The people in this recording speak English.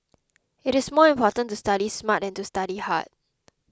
it is more important to study smart than to study hard